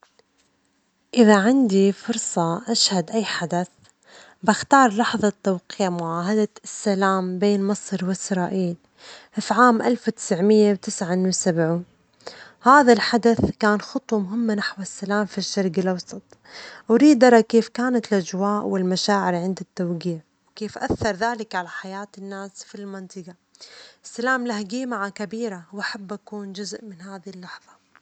إذا عندي فرصة أشهد أي حدث، بختار لحظة توقيع معاهدة السلام بين مصر وإسرائيل في عام ألف وتسعمائة وتسعة وسبعون، هذا الحدث كان خطوة مهمة نحو السلام في الشرج الأوسط، أريد أرى كيف كانت الأجواء والمشاعر عند التوجيع، وكيف أثر ذلك على حياة الناس في المنطجة، السلام له جيمة كبيرة، وأحب أكون جزء من هذه اللحظة.